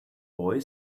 boy